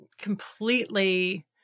completely